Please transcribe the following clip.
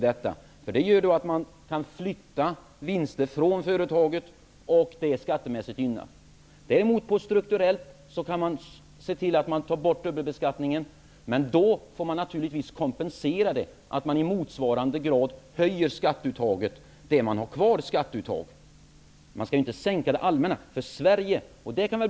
Det skulle göra att man kan flytta vinster från företaget som blir skattemässigt gynnat. Däremot kan man strukturellt se till att ta bort dubbelbeskattningen, men då skall man naturligtvis kompensera detta genom att i motsvarande grad höja skatteuttaget. Man skall inte sänka den allmänna skatten.